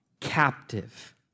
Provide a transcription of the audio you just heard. Captive